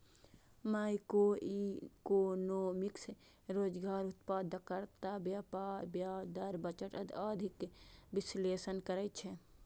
macroeconomics रोजगार, उत्पादकता, व्यापार, ब्याज दर, बजट आदिक विश्लेषण करै छै